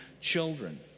children